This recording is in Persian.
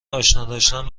آشناداشتن